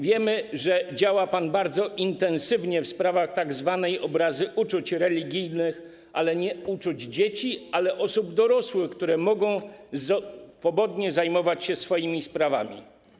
Wiemy, że działa pan bardzo intensywnie w sprawach tzw. obrazy uczuć religijnych, ale nie uczuć dzieci, ale osób dorosłych, które mogą swobodnie zajmować się sprawami.